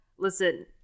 Listen